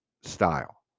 style